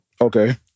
Okay